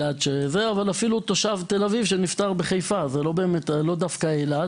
אפילו תושב תל-אביב שנפטר בחיפה זה לא דווקא אילת